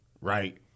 right